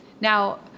Now